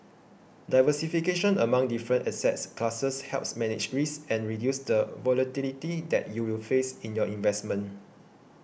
diversification among different asset classes helps manage risk and reduce the volatility that you will face in your investments